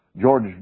George